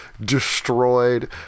destroyed